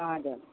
हजुर